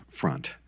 front